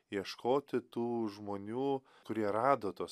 ieškoti tų žmonių kurie rado tuos